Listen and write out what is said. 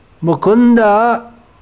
Mukunda